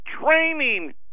training